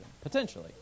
Potentially